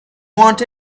want